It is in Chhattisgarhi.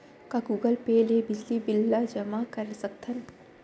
का गूगल पे ले बिजली बिल ल जेमा कर सकथन?